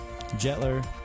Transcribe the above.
Jetler